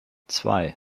zwei